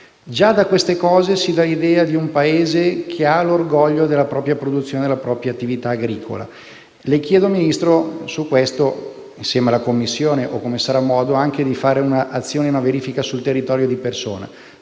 Già da queste cose si dà l'idea di un Paese che ha l'orgoglio della propria produzione e della propria attività agricola. Le chiedo anche, Ministro, insieme alla Commissione o altrimenti, di fare un'azione di verifica sul territorio di persona: